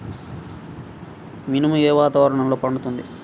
మినుము ఏ వాతావరణంలో పండుతుంది?